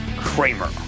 Kramer